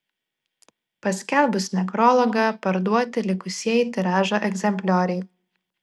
paskelbus nekrologą parduoti likusieji tiražo egzemplioriai